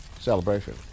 celebration